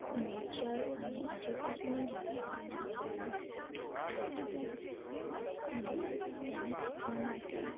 nature અને આજુબાજુની જગ્યાઓને દોરવાનો પ્રેક્ટિસ કરવી જોઈએ અને તેને શીખવા માટે